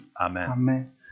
Amen